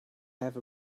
have